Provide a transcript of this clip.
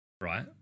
Right